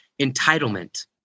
Entitlement